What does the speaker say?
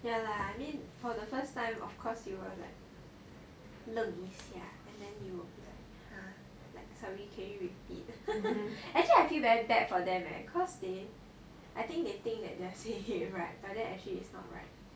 ya lah I mean for the first time of course you will like learn leng 一下 and then you will like sorry can you repeat actually I feel very bad for them leh cause they I think they think they are saying it right but actually it's not right